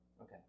okay